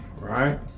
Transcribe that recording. right